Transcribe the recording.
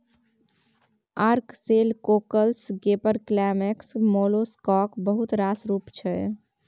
ark shell, cockles, gaper clams molluscs बहुत रास रुप छै